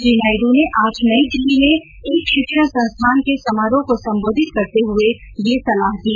श्री नायड् ने आज नई दिल्ली में एक शिक्षण संस्थान के समारोह को संबोधित करते हुए यह सलाह दी